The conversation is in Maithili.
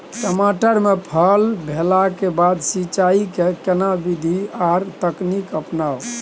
टमाटर में फल निकलला के बाद सिंचाई के केना विधी आर तकनीक अपनाऊ?